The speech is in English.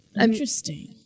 Interesting